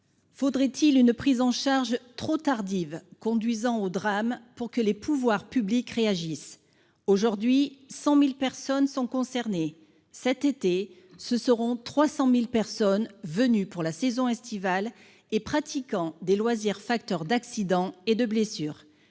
Faudrait-il une prise en charge trop tardive, conduisant au drame, pour que les pouvoirs publics réagissent aujourd'hui 100.000 personnes sont concernées. Cet été, ce seront 300.000 personnes venues pour la saison estivale et pratiquant des loisirs facteur d'accidents et de blessures